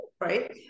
right